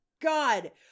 god